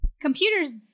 computers